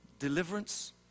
deliverance